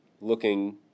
looking